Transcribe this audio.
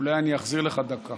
אולי אני אחזיר לך דקה.